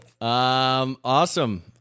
Awesome